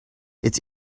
its